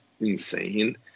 insane